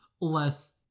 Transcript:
less